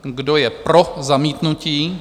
Kdo je pro zamítnutí?